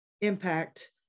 impact